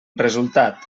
resultat